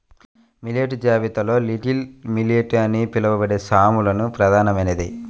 millet జాబితాలో little millet అని పిలవబడే సామలు ప్రధానమైనది